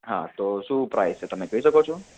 હા તો શું પ્રાઇસ છે તમે કહી શકો છો